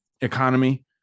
economy